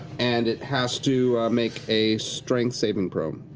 and it has to make a strength saving throw.